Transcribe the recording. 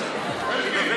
רגע.